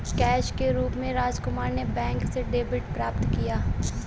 cash के रूप में राजकुमार ने बैंक से डेबिट प्राप्त किया